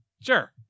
Sure